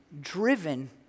driven